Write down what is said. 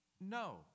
no